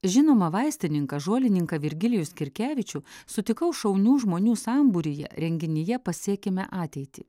žinomą vaistininką žolininką virgilijų skirkevičių sutikau šaunių žmonių sambūryje renginyje pasiekime ateitį